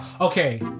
Okay